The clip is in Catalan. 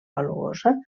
valuosa